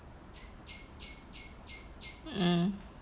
mm